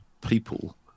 people